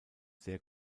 sehr